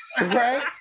Right